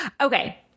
Okay